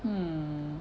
hmm